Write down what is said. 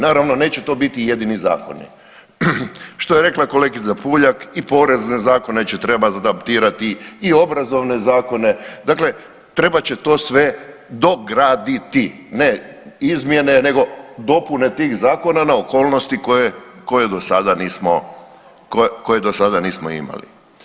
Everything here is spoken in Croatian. Naravno neće to biti jedini zakoni, što je rekla i kolegica Puljak i porezne zakone će trebati adaptirati i obrazovne zakone, dakle trebat će to sve dograditi, ne izmjene nego dopune tih zakona na okolnosti koje do sada nismo imali.